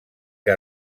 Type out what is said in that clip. que